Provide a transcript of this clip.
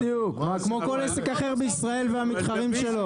בדיוק, כמו כל עסק אחר בישראל והמתחרים שלו.